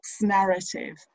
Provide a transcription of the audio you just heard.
narrative